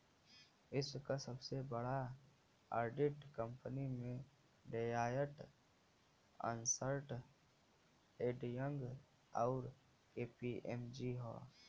विश्व क सबसे बड़ा ऑडिट कंपनी में डेलॉयट, अन्सर्ट एंड यंग, आउर के.पी.एम.जी हौ